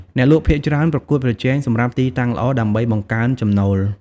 អ្នកលក់ភាគច្រើនប្រកួតប្រជែងសម្រាប់ទីតាំងល្អ ដើម្បីបង្កើនចំណូល។